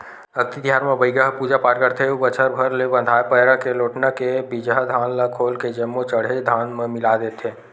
अक्ती तिहार म बइगा ह पूजा पाठ करथे अउ बछर भर ले बंधाए पैरा के लोटना के बिजहा धान ल खोल के जम्मो चड़हे धान म मिला देथे